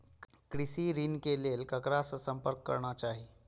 कृषि ऋण के लेल ककरा से संपर्क करना चाही?